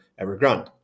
Evergrande